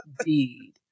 Indeed